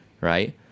Right